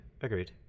Agreed